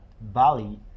Bali